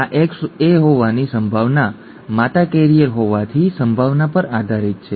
આ એક્સએ હોવાની સંભાવના માતા કૈરિયર હોવાની સંભાવના પર આધારિત છે